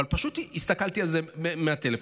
אבל פשוט הסתכלתי על זה בטלפון,